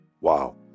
wow